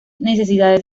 necesidades